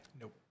Nope